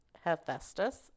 Hephaestus